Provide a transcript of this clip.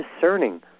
discerning